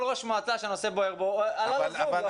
כל ראש מועצה שהנושא בוער בו, עלה לזום.